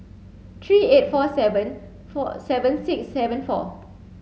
three eight four seven four seven six seven four